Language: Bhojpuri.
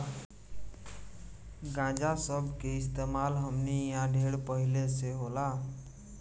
गांजा सब के इस्तेमाल हमनी इन्हा ढेर पहिले से होला